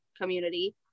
community